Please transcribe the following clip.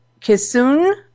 Kisun